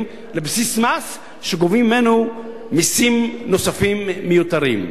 לבסיס מס שגובים ממנו מסים נוספים מיותרים.